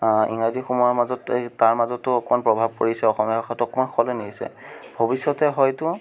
ইংৰাজী সোমোৱাৰ মাজত এই তাৰ মাজতো অকণমান প্ৰভাৱ পৰিছে অসমীয়া ভাষাটো অকণমান সলনি হৈছে ভৱিষ্য়তে হয়তো